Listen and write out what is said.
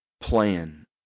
plan